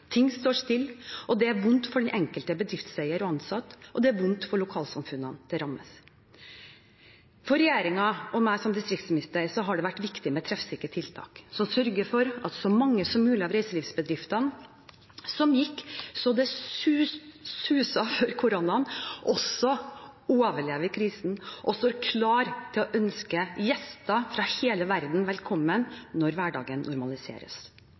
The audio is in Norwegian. ting står stille. Det er vondt for den enkelte bedriftseier og ansatte, og det er vondt for lokalsamfunnene det rammer. For regjeringen og meg som distriktsminister har det vært viktig med treffsikre tiltak, som sørger for at så mange som mulig av reiselivsbedriftene – som gikk så det suste før koronaen – også overlever krisen, og står klar til å ønske gjester fra hele verden velkommen når hverdagen normaliseres.